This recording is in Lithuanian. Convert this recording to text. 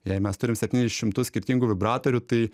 jei mes turim septynis šimtus skirtingų vibratorių tai